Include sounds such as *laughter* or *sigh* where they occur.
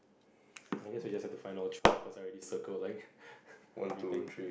*breath* I guess we just have to find out cause I already circle like everything